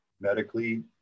medically